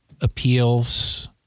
appeals